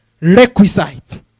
requisite